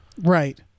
right